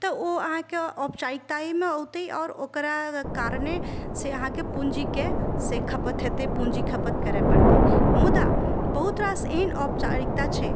तऽ ओ अहाँके औपचारिकतायेमे ओते आओरर ओकरा कारणे से अहाँके पूँजीके से खपत हेतय पूँजी खपत करय पड़तइ मुदा बहुत रास एहन औपचारिकता छै